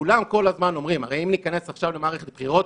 כולם כל הזמן אומרים הרי אם ניכנס עכשיו למערכת בחירות,